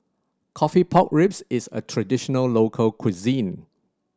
coffee pork ribs is a traditional local cuisine